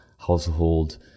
household